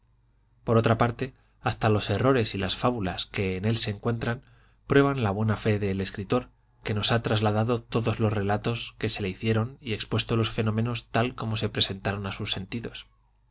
por otra parte hasta los errores y las fábulas que en él se encuentran prueban la buena fe del escritor que nos ha trasladado todos los relatos que se le hicieron y expuesto los fenómenos tal como se presentaron a sus sentidos